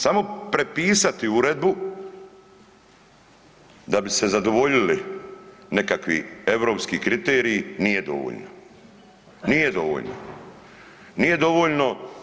Samo prepisati uredbu da bi se zadovoljili nekakvi europski kriteriji nije dovoljno, nije dovoljno, nije dovoljno.